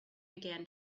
began